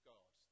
God